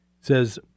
says